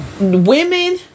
Women